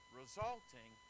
resulting